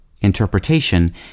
interpretation